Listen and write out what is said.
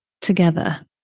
together